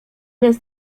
więc